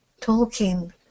Tolkien